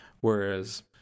Whereas